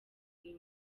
iyi